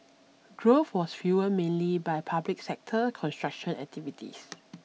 growth was fuelled mainly by public sector construction activities